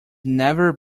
never